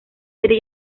serie